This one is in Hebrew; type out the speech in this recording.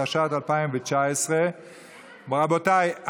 התשע"ט 2019. רבותיי,